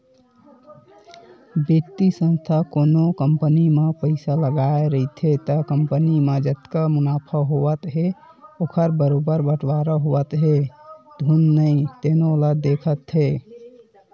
बित्तीय संस्था कोनो कंपनी म पइसा लगाए रहिथे त कंपनी म जतका मुनाफा होवत हे ओखर बरोबर बटवारा होवत हे धुन नइ तेनो ल देखथे